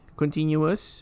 continuous